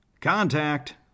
Contact